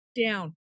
down